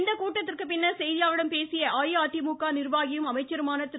இக்கூட்டத்திற்கு பின்னர் செய்தியாளர்களிடம் பேசிய அஇஅதிமுக நிர்வாகியும் அமைச்சருமான திரு